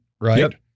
right